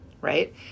right